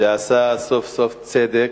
שעשה סוף-סוף צדק